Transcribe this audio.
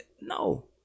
no